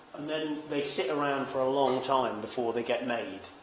and then they sit around for a long time before they get made.